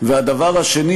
והדבר השני,